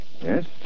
Yes